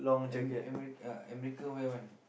am~ am~ America uh America wear one